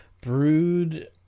brewed